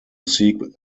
seek